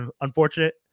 unfortunate